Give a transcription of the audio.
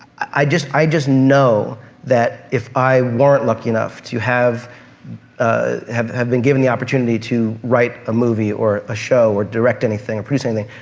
i just i just know that if i weren't lucky enough to have ah have been given the opportunity to write a movie or a show or direct anything or produce anything,